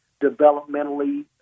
developmentally